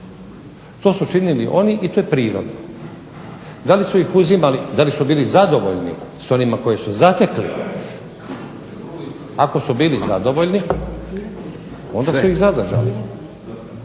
to su činili oni i to je prirodno. DA li su bili zadovoljni s onima koje su zatekli, ako su bili zadovoljni, onda su ih zadržali.